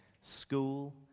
school